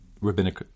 rabbinic